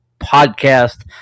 podcast